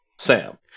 Sam